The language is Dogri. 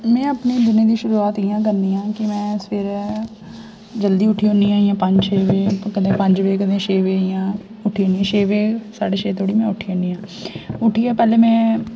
में अपने दिनै दी शुरुआत इ'यां करनी आं कि में सवेरै जल्दी उट्ठी जन्नी आं इ'यां पंज छे बजे कदें पंज बजे कदें छे बजे इ'यां उट्ठी जन्नी आं छे बजे साड्डे छे धोड़ी मैं उट्ठी जन्नी आं उट्ठियै पैह्लै में